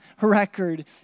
record